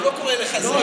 הוא לא קורא לך זאב.